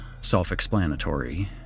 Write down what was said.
self-explanatory